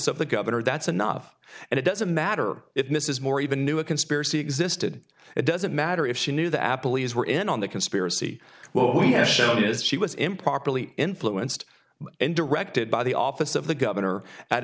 of the governor that's enough and it doesn't matter if mrs moore even knew a conspiracy existed it doesn't matter if she knew the apple e's were in on the conspiracy well he has shown is she was improperly influenced and directed by the office of the governor at a